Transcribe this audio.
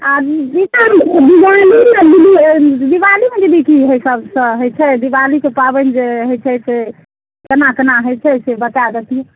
आ दीपा दीवालीमे दीदी दीवालीमे दीदी की सभ होइत छै दीवालीके पाबनि जे होइत छै से केना केना होइत छै से बता देती